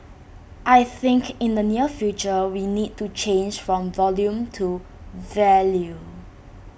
I think in the near future we need to change from volume to value